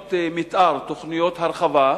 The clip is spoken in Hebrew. תוכניות מיתאר, תוכניות הרחבה.